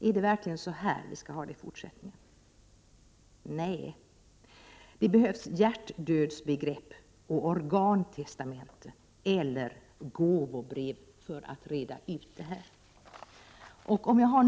Är det verkligen så här vi skall ha det i fortsättningen? Nej. Det behövs hjärtdödsbegrepp och organtestamente eller gåvobrev för att reda ut detta.